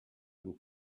and